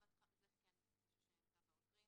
זה כן מישהו שנמצא בעותרים.